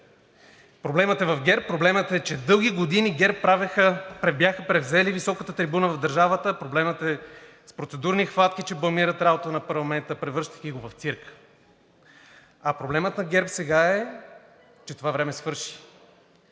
Проблемът е в ГЕРБ, проблемът е, че дълги години ГЕРБ бяха превзели високата трибуна в държавата. Проблемът е, че с процедурни хватки бламират работата на парламента, превръщайки го в цирк. А проблемът на ГЕРБ сега е, че това време свърши.